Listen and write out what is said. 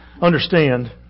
understand